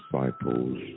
disciples